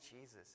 Jesus